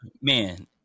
man